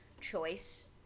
choice